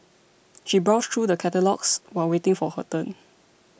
she browsed through the catalogues while waiting for her turn